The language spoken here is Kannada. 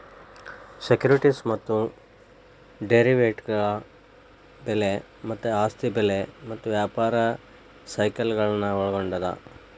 ಸೆಕ್ಯುರಿಟೇಸ್ ಮತ್ತ ಡೆರಿವೇಟಿವ್ಗಳ ಬೆಲೆ ಮತ್ತ ಆಸ್ತಿ ಬೆಲೆ ಮತ್ತ ವ್ಯಾಪಾರ ಸೈಕಲ್ಗಳನ್ನ ಒಳ್ಗೊಂಡದ